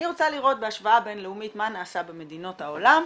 אני רוצה לראות בהשוואה בינלאומית מה נעשה במדינות העולם,